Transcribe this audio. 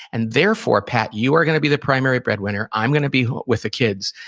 and therefore, pat, you are going to be the primary breadwinner. i'm going to be home with the kids.